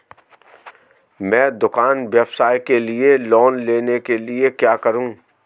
मैं दुकान व्यवसाय के लिए लोंन लेने के लिए क्या करूं?